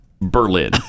berlin